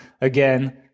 again